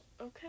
okay